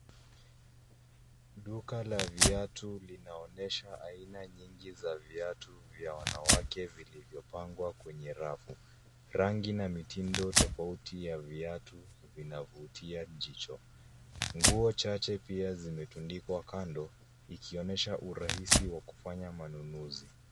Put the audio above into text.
Duka la viatu linaonesha aina nyingi za viatu vya wanawake vilivyopangwa kwenye rafu. Rangi na mitindo tofauti ya viatu vinavutia jicho. Nguo chache pia zimetundikwa kando, ikionesha urahisi wa kufanya manunuzi.